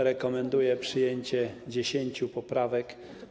Rekomenduje przyjęcie 10 poprawek.